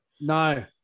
No